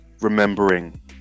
Remembering